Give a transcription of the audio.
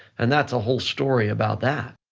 and that's a whole story about that.